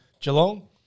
Geelong